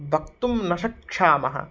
वक्तुं न शक्षामः